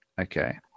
Okay